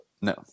No